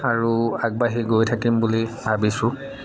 আৰু আগবাঢ়ি গৈ থাকিম বুলি ভাবিছোঁ